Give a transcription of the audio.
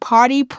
Party